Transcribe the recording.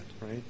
right